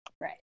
Right